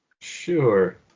Sure